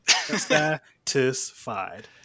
Satisfied